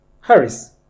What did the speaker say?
Harris